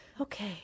Okay